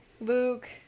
Luke